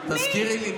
תזכירי לי,